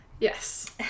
Yes